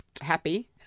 Happy